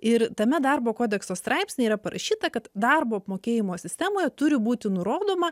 ir tame darbo kodekso straipsnyje yra parašyta kad darbo apmokėjimo sistemoje turi būti nurodoma